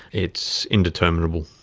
it's indeterminable.